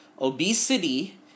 obesity